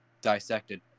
dissected